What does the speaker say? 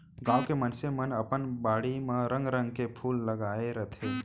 गॉंव के मनसे मन अपन बाड़ी म रंग रंग के फूल लगाय रथें